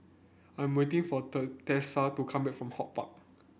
I'm waiting for Tessa to come back from HortPark